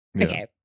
okay